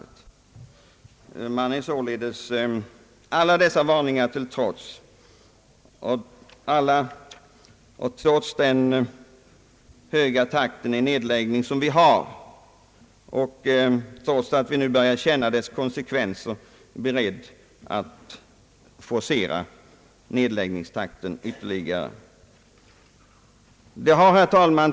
Trots alla varningar, trots den höga nedläggningstakt som vi har och trots att vi nu börjar känna dess konsekvenser är man således beredd att forcera nedläggningstakten ytterligare. Herr talman!